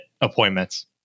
appointments